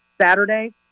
Saturday